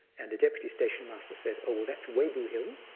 and the deputy station master said, oh, well, that's webu hill,